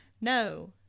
no